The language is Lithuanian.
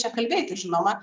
čia kalbėti žinoma